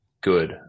good